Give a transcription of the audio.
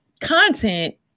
content